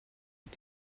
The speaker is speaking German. mit